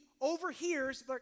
overhears